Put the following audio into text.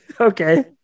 Okay